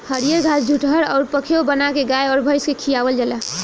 हरिअर घास जुठहर अउर पखेव बाना के गाय अउर भइस के खियावल जाला